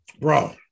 Bro